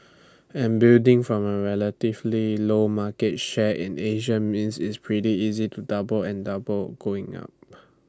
and building from A relatively low market share in Asia means it's pretty easy to double and double going up